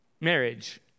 marriage